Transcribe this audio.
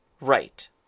Right